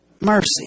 mercy